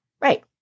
right